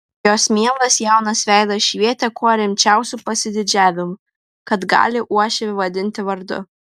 jos mielas jaunas veidas švietė kuo rimčiausiu pasididžiavimu kad gali uošvį vadinti vardu